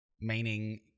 meaning